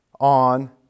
on